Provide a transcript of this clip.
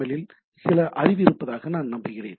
L இல் சில அறிவு இருப்பதாக நான் நம்புகிறேன்